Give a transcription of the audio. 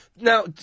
now